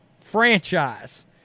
franchise